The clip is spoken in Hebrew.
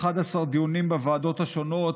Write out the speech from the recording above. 11 דיונים בוועדות השונות,